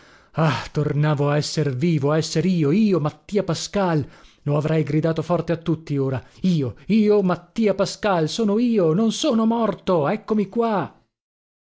ah tornavo a esser vivo a esser io io mattia pascal lo avrei gridato forte a tutti ora io io mattia pascal sono io non sono morto eccomi qua